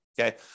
okay